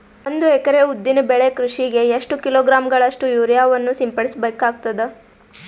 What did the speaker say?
ಒಂದು ಎಕರೆ ಉದ್ದಿನ ಬೆಳೆ ಕೃಷಿಗೆ ಎಷ್ಟು ಕಿಲೋಗ್ರಾಂ ಗಳಷ್ಟು ಯೂರಿಯಾವನ್ನು ಸಿಂಪಡಸ ಬೇಕಾಗತದಾ?